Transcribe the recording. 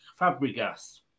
Fabregas